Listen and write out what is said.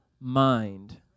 mind